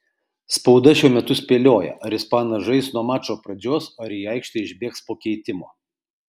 spauda šiuo metu spėlioja ar ispanas žais nuo mačo pradžios ar į aikštę išbėgs po keitimo